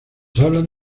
hablan